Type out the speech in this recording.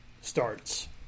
starts